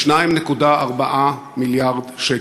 2.4 מיליארד שקל.